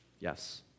Yes